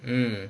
mm